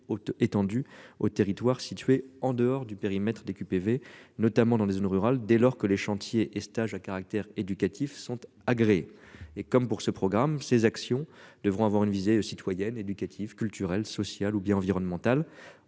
étendue au territoire situé en dehors du périmètre des QPV notamment dans les zones rurales. Dès lors que les chantiers et stage à caractère éducatif sont agréés et comme pour ce programme ses actions devront avoir une visée citoyenne éducative, culturelle, sociale ou bien environnementale